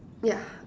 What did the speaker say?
yeah um !huh!